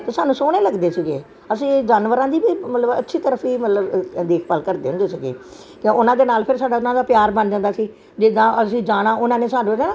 ਅਤੇ ਸਾਨੂੰ ਸੋਹਣੇ ਲੱਗਦੇ ਸੀਗੇ ਅਸੀਂ ਜਾਨਵਰਾਂ ਦੀ ਵੀ ਮਤਲਬ ਅੱਛੀ ਤਰ੍ਹਾਂ ਅਸੀਂ ਮਤਲਬ ਦੇਖਭਾਲ ਕਰਦੇ ਹੁੰਦੇ ਸੀਗੇ ਅਤੇ ਉਹਨਾਂ ਦੇ ਨਾਲ ਫਿਰ ਸਾਡਾ ਉਹਨਾਂ ਦਾ ਪਿਆਰ ਬਣ ਜਾਂਦਾ ਸੀ ਜਿੱਦਾਂ ਅਸੀਂ ਜਾਣਾ ਉਹਨਾਂ ਨੇ ਸਾਨੂੰ ਨਾ